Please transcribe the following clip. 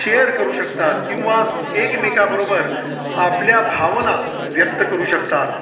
share करू शकतात किंवा एकमेकाबरोबर आपल्या भावना व्यक्त करू शकतात